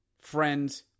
friends